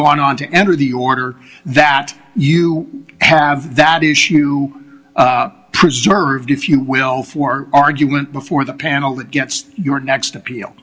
gone on to enter the order that you have that issue preserved if you will for argument before the panel that gets your next appeal